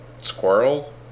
squirrel